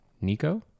Nico